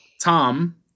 Tom